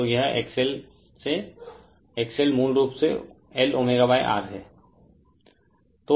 तो यह XL मूलरूप से LωR है